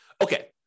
Okay